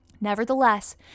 Nevertheless